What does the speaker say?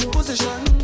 Position